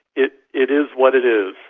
it it is what it is.